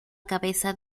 cabeza